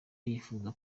yifuza